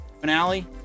finale